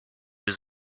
was